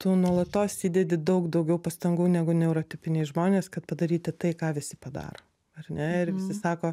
tu nuolatos įdedi daug daugiau pastangų negu neurotipiniai žmonės kad padaryti tai ką visi padaro ar ne ir visi sako